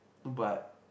no but